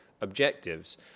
objectives